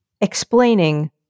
Explaining